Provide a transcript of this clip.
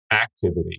activity